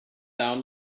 down